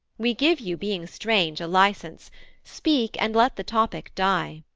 we give you, being strange, a license speak, and let the topic die